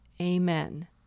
Amen